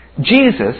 Jesus